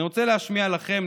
אני רוצה להשמיע לכם,